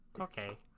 okay